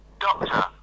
Doctor